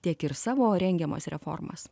tiek ir savo rengiamas reformas